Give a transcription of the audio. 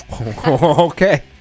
Okay